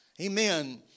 Amen